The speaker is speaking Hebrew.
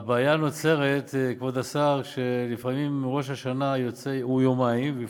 (תיקון, הבאת עצור בפני שופט בימים של שבת וחג),